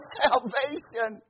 salvation